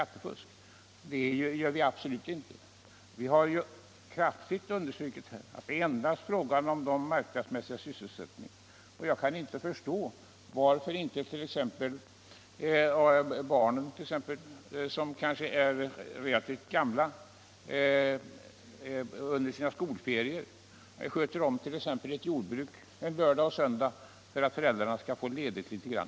Det gör 5 mars 1976 vi absolut inte; vi har ju kraftigt understrukit att det endast är fråga om I marknadsmässig sysselsättning. Jag kan inte förstå varför inte t.ex. barn, Avveckling av s.k. som kanske är relativt gamla, under sina skolferier kan få sköta om ett — faktisk sambeskattjordbruk en lördag och söndag för att föräldrarna skall få ledigt litet grand.